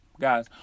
guys